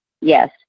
yes